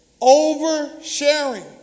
Oversharing